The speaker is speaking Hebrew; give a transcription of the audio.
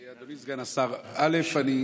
אדוני סגן השר, א.